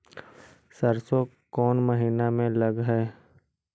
सरसों कोन महिना में लग है?